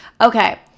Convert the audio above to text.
Okay